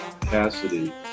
Cassidy